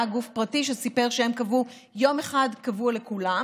היה גוף פרטי שסיפר שהם קבעו יום אחד קבוע לכולם,